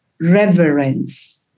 reverence